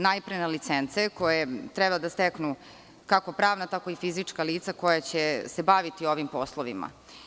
Najpre na licence koje treba da steknu kako pravna, tako i fizička lica koja će se baviti ovim poslovima.